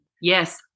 Yes